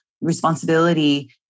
responsibility